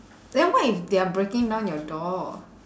then what if they are breaking down your door